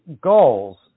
goals